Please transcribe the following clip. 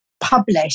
publish